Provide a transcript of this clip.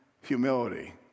Humility